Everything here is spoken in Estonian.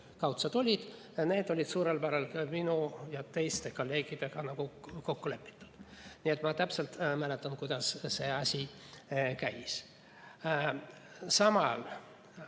kaudselt olid, olid suurel määral minu ja teiste kolleegidega kokku lepitud. Nii et ma täpselt mäletan, kuidas see asi käis. Samal